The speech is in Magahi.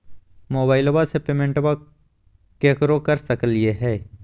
मोबाइलबा से पेमेंटबा केकरो कर सकलिए है?